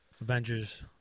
Avengers